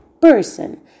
person